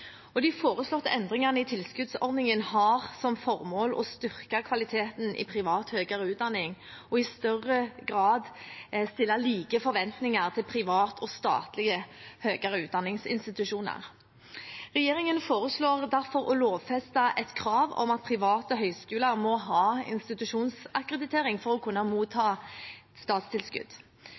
og de foreslåtte endringene i tilskuddsordningen har som formål å styrke kvaliteten i privat høyere utdanning og i større grad stille like forventninger til private og statlige høyere utdanningsinstitusjoner. Regjeringen foreslår derfor å lovfeste et krav om at private høyskoler må ha institusjonsakkreditering for å kunne motta statstilskudd.